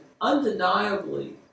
undeniably